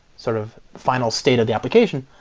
sort of final state of the application.